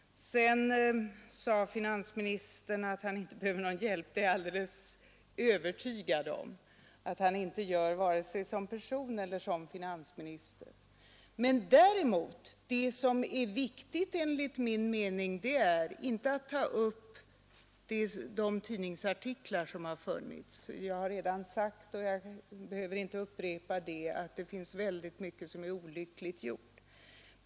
Sedan sade finansministern att han inte behöver någon hjälp. Det är jag alldeles övertygad om att han inte gör vare sig som person eller som finansminister. Enligt min mening är det inte viktigt att här ta upp de tidningsartiklar som funnits — jag har redan sagt att mycket av det som skrivits varit olyckligt.